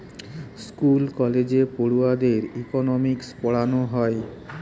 school কলেজে পড়ুয়াদের economics পোড়ানা হয়